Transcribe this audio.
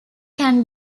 can